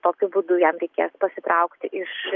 tokiu būdu jam reikės pasitraukti iš